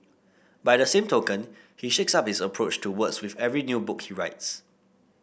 by the same token he shakes up his approach to words with every new book he writes